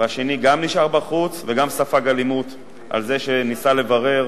והשני גם נשאר בחוץ וגם ספג אלימות על זה שניסה לברר,